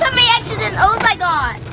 and o's i got!